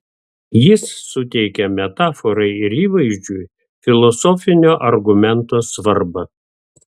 jis suteikė metaforai ir įvaizdžiui filosofinio argumento svarbą